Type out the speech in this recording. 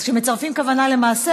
אז כשמצרפים כוונה למעשה,